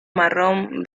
marrón